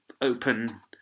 open